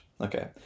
Okay